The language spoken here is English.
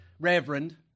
Reverend